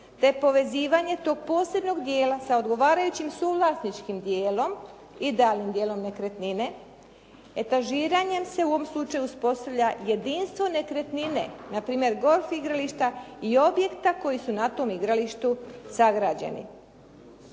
te povezivanje tog posebnog dijela sa odgovarajućim suvlasničkim dijelom, idealnim dijelom nekretnine. Etažiranjem se u ovom slučaju uspostavlja jedinstvo nekretnine, na primjer golf igrališta i objekta koji su na tom igralištu sagrađeni.